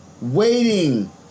waiting